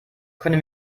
können